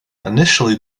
initially